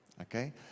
Okay